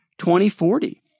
2040